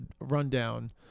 rundown